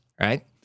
right